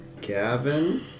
Gavin